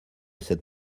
cette